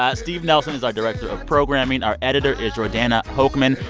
ah steve nelson is our director of programming. our editor is jordana hochman.